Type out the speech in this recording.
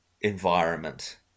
environment